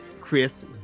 Chris